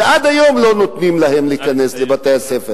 ועד היום לא נותנים להן להיכנס לבתי-הספר.